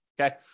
Okay